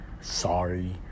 sorry